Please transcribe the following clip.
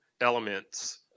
elements